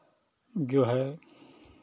जो है